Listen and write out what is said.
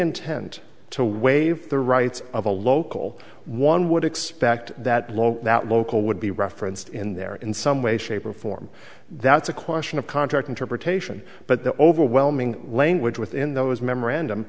intent to waive the rights of a local one would expect that law that local would be referenced in there in some way shape or form that's a question of contract interpretation but the overwhelming language within those memorandum